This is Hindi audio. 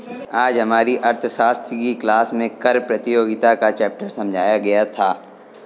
आज हमारी अर्थशास्त्र की क्लास में कर प्रतियोगिता का चैप्टर समझाया गया था